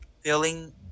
feeling